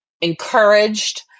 encouraged